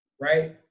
right